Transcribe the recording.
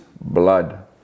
blood